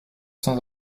sans